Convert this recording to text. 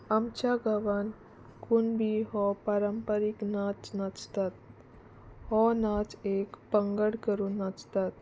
आमच्या गांवान कुणबी हो परंपरीक नाच नाचतात हो नाच एक पंगड करून नाचतात